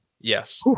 Yes